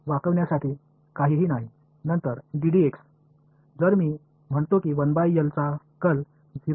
எனவே L சுற்றி வளைக்க புலத்திற்கு எதுவும் இல்லை